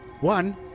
One